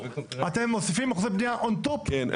אתם מוסיפים אחוזי בנייה on top התכנית הכוללנית.